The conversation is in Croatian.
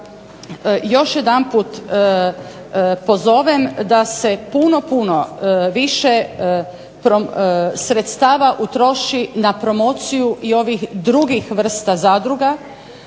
još jedanput pozovem da se puno, puno više sredstava utroši na promociju i ovih drugih vrsta zadruga.